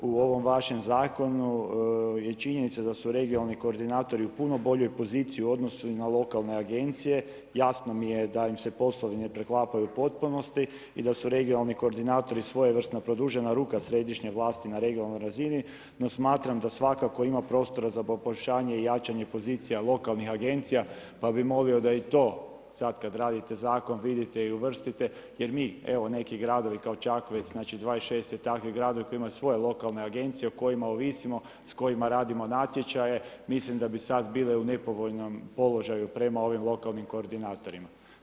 U ovom vašem zakonu je činjenica da su regionalni koordinatori u puno boljoj poziciji u odnosu i na lokalne agencije, jasno mi je da im se poslovi ne preklapaju u potpunosti i da su regionalni koordinatori svojevrsna produžena ruka središnjoj vlasti na regionalnoj razini, no smatram da svakako ima prostora za poboljšanje i jačanje pozicija lokalnih agencija pa bi molio da i to sad kad radite zakon, vidite i uvrstite jer mi evo neki gradovi kao Čakovec, znači 26 je takvih gradova koji imaju svoje lokalne agencije o kojima ovisimo, s kojima radimo natječaje, mislim da bi sad bile u nepovoljnom položaju prema ovim lokalnim koordinatorima.